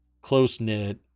close-knit